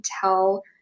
tell